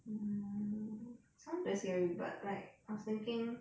mm sounds very scary but like I was thinking